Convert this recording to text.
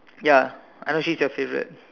ya I know she's your favourite